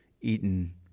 eaten